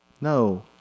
No